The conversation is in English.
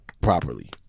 properly